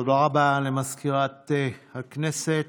תודה רבה למזכירת הכנסת.